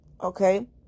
okay